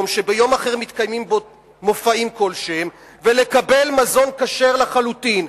שביום אחר מתקיימים בו מופעים כלשהם ולקבל מזון כשר לחלוטין,